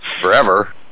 forever